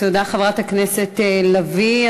תודה, חברת הכנסת לביא.